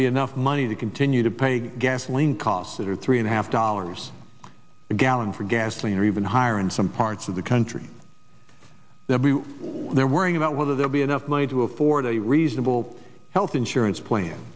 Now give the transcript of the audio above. be enough money to continue to pay gasoline costs that are three and a half dollars a gallon for gasoline or even higher in some parts of the country that we they're worrying about whether there be enough money to afford a reasonable health insurance plan